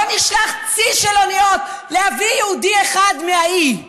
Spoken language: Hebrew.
לא נשלח צי של אוניות להביא יהודי אחד מהאי.